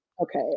Okay